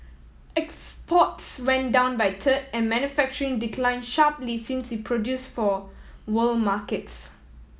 exports went down by third and manufacturing declined sharply since we produced for world markets